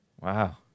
Wow